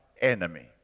enemy